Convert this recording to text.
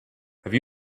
have